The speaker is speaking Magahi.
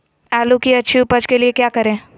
आलू की अच्छी उपज के लिए क्या करें?